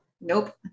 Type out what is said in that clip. Nope